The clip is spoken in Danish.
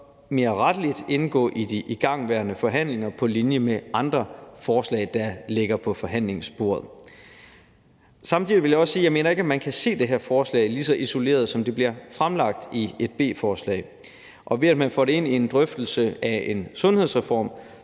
bør rettelig indgå i de igangværende forhandlinger på linje med de andre forslag, der ligger på forhandlingsbordet. Samtidig vil jeg også sige, at jeg ikke mener, at man kan se det her forslag lige så isoleret, som det her bliver fremsat som beslutningsforslag. Ved at man får det ind i en drøftelse af en sundhedsreform,